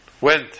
went